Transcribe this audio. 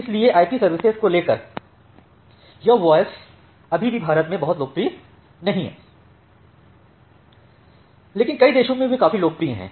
इसलिए IP services को लेकर यह वॉयस अभी भी भारत में बहुत लोकप्रिय नहीं है लेकिन कई देशों में वे काफी लोकप्रिय हैं